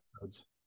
episodes